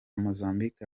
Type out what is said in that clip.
mozambique